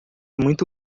muito